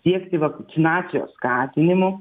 siekti vakcinacijos skatinimo